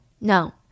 No